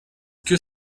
que